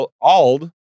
ALD